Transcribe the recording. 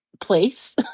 place